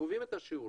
שקובעים את השיעורים.